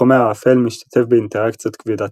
החומר האפל משתתף באינטראקציות כבידתיות,